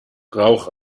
rauch